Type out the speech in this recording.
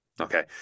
Okay